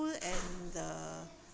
and the